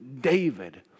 David